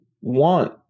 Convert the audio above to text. want